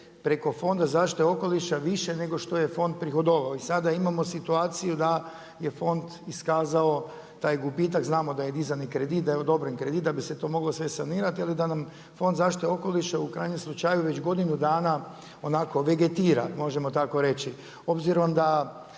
preko Fonda za zaštitu okoliša više nego što je fond prihodovao. I sada imamo situaciju da je fond iskazao taj gubitak, znamo da je dizani kredit, da je odobren kredit da bi se to moglo sve sanirati, ali da nam Fond za zaštitu okoliša u krajnjem slučaju, već godinu dana onako vegetira, možemo tako reći. Obzirom da